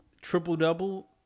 triple-double